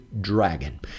dragon